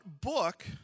book